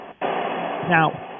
now